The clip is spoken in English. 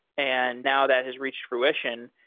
and now that has reached fruition,